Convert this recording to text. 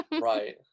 Right